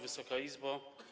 Wysoka Izbo!